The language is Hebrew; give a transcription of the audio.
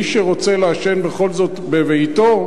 מי שרוצה לעשן בכל זאת בביתו,